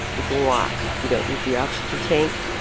you can walk. you don't need the oxygen tank.